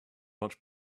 much